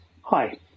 Hi